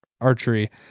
archery